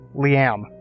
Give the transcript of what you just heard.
Liam